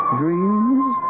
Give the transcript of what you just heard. dreams